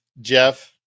Jeff